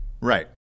Right